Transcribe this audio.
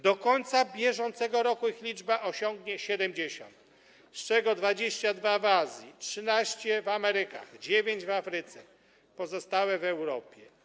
Do końca bieżącego roku ich liczba osiągnie 70, z czego 22 będą w Azji, 13 - w Amerykach, 9 - w Afryce, pozostałe w Europie.